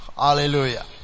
Hallelujah